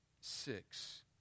Six